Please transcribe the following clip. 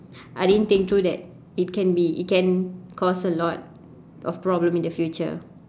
I didn't think through that it can be it can cause a lot of problem in the future